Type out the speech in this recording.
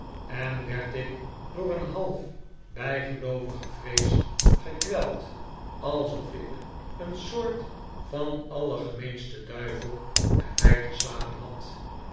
en werd ik door een half bijgeloovige vrees gekweld alsof ik een soort van allergemeensten duivel bij mij te slapen had